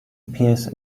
appears